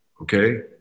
okay